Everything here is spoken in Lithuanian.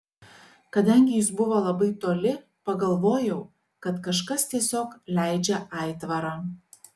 kadangi jis buvo labai toli pagalvojau kad kažkas tiesiog leidžia aitvarą